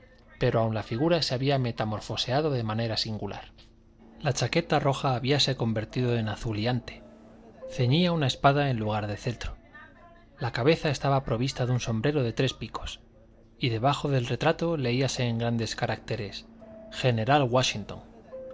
pero aun la figura se había metamorfoseado de manera singular la chaqueta roja habíase convertido en azul y ante ceñía una espada en lugar del cetro la cabeza estaba provista de un sombrero de tres picos y debajo del retrato leíase en grandes caracteres general washington